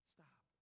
Stop